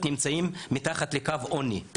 נמצאים מתחת לקו העוני.